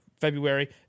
February